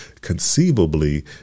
conceivably